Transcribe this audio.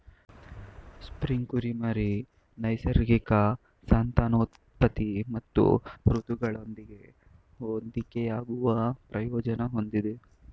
spring ಕುರಿಮರಿ ನೈಸರ್ಗಿಕ ಸಂತಾನೋತ್ಪತ್ತಿ ಮತ್ತು ಋತುಗಳೊಂದಿಗೆ ಹೊಂದಿಕೆಯಾಗುವ ಪ್ರಯೋಜನ ಹೊಂದಿದೆ